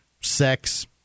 sex –